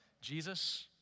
Jesus